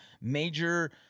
major